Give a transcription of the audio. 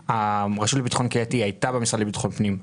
הרשות לביטחון קהילתי הייתה במשרד לביטחון פנים,